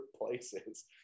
places